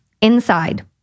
inside